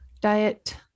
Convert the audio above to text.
Diet